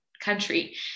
country